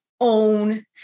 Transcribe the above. own